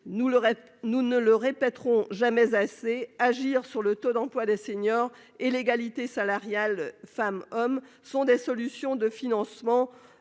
Nous ne le répéterons jamais assez : agir sur le taux d'emploi des seniors et l'égalité salariale entre les femmes et les hommes sont des solutions pour le financement